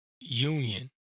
union